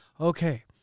Okay